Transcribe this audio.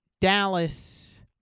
Dallas